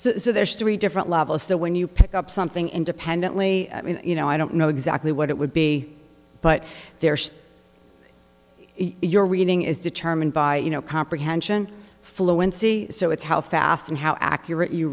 e's three different levels so when you pick up something independently you know i don't know exactly what it would be but there your reading is determined by you know comprehension fluency so it's how fast and how accurate you